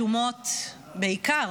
רשומות בעיקר